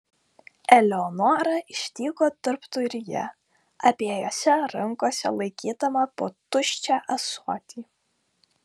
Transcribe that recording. eleonora išdygo tarpduryje abiejose rankose laikydama po tuščią ąsotį